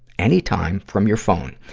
anytime, from your phone.